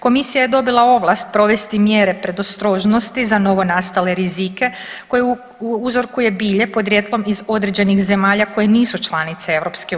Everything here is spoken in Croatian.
Komisija je dobila ovlast provesti mjere predostrožnosti za novonastale rizike koje uzrokuje bilje podrijetlom iz određenih zemalja koje nisu članice EU.